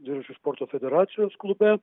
dviračių sporto federacijos klube